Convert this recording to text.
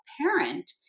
parent